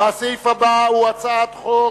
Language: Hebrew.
הסעיף הבא הוא הצעת חוק